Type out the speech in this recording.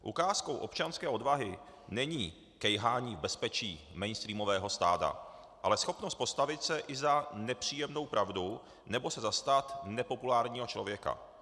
Ukázkou občanské odvahy není kejhání v bezpečí mainstreamového stáda, ale schopnost postavit se i za nepříjemnou pravdou nebo se zastat nepopulárního člověka.